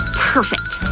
perfect!